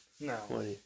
No